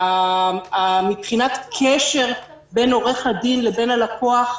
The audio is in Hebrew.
מבחינת קשר בין עורך הדין לבין הלקוח,